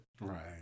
right